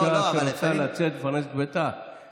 זה סיוע לאישה שרוצה לצאת לפרנס את ביתה,